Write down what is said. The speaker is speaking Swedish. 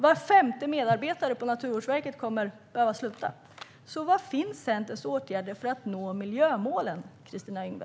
Var femte medarbetare på Naturvårdsverket kommer att behöva sluta. Var finns Centerns åtgärder för att nå miljömålen, Kristina Yngwe?